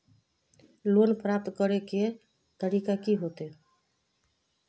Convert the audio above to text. Loan प्राप्त करे के तरीका की होते?